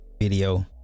video